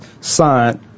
signed